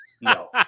no